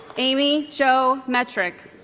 amy jo metrick